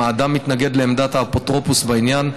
אם האדם מתנגד לעמדת האפוטרופוס בעניין,